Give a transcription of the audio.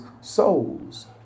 souls